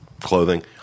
clothing –